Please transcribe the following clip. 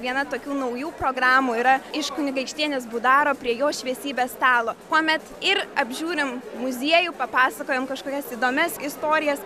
viena tokių naujų programų yra iš kunigaikštienės buduaro prie jo šviesybės stalo kuomet ir apžiūrim muziejų papasakojam kažkokias įdomias istorijas